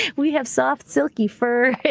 we have soft, silky fur.